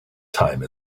time